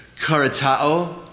karatao